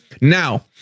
now